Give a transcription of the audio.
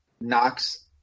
Knocks